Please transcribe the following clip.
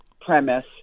premise